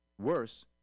Worse